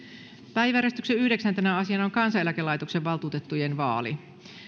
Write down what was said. päiväjärjestyksen yhdeksäntenä asiana on kansaneläkelaitoksen valtuutettujen vaali